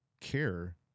care